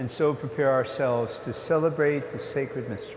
and so prepare ourselves to celebrate the sacredness